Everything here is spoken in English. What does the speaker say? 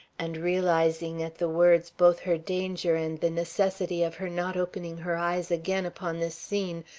and realizing at the words both her danger and the necessity of her not opening her eyes again upon this scene,